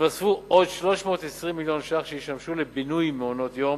יתווספו עוד 320 מיליון ש"ח שישמשו לבינוי מעונות-יום,